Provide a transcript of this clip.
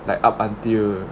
like up until